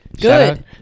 Good